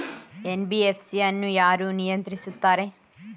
NBFC ಅನ್ನು ಯಾರು ನಿಯಂತ್ರಿಸುತ್ತಾರೆ?